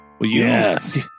Yes